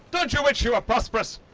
don't you wish you were prosperous?